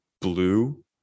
blue